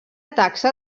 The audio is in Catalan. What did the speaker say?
taxa